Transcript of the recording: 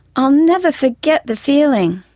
i'll never forget the feeling,